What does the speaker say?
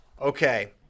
Okay